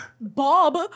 bob